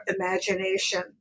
imagination